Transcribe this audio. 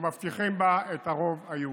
ומבטיחים בה את הרוב היהודי.